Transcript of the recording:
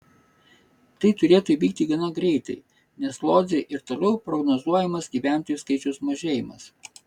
tai turėtų įvykti gana greitai nes lodzei ir toliau prognozuojamas gyventojų skaičiaus mažėjimas